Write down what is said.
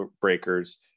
breakers